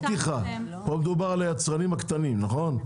לא פתיחה, פה מדובר על היצרנים הקטנים נכון?